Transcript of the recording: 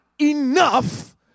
enough